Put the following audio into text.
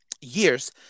years